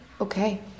Okay